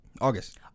august